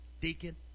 deacon